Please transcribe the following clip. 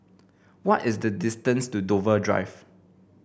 what is the distance to Dover Drive